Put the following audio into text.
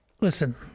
listen